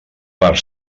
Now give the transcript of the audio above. per